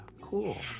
cool